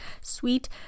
sweet